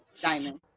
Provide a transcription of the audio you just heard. Diamond